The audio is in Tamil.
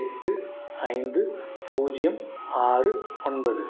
எட்டு ஐந்து பூஜ்ஜியம் ஆறு ஒன்பது